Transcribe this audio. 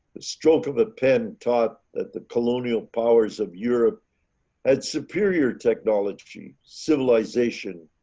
the stroke of a pen taught that the colonial powers of europe had superior technology, civilization,